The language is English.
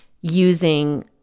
using